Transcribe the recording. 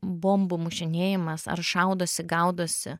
bombų mušinėjimas ar šaudosi gaudosi